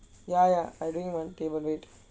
ya ya I doing on my table wait